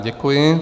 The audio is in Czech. Děkuji.